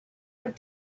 would